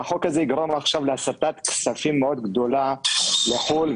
והחוק הזה יגרום להסטת כספים מאוד גדולה לחו"ל.